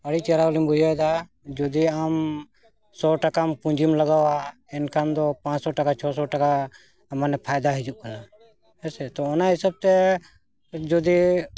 ᱟᱹᱰᱤ ᱪᱮᱨᱦᱟᱞᱤᱧ ᱵᱩᱡᱷᱟᱹᱣᱮᱫᱟ ᱡᱩᱫᱤ ᱟᱢ ᱥᱚ ᱴᱟᱠᱟᱢ ᱯᱩᱸᱡᱤᱢ ᱞᱟᱜᱟᱣᱟ ᱮᱱᱠᱷᱟᱱ ᱫᱚ ᱯᱟᱸᱪᱥᱚ ᱴᱟᱠᱟ ᱪᱷᱚᱥᱚ ᱴᱟᱠᱟ ᱢᱟᱱᱮ ᱯᱷᱟᱭᱫᱟ ᱦᱤᱡᱩᱜ ᱠᱟᱱᱟ ᱦᱮᱸᱥᱮ ᱛᱚ ᱚᱱᱟ ᱦᱤᱥᱟᱹᱵᱛᱮ ᱡᱩᱫᱤ